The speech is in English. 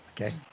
okay